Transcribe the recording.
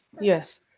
Yes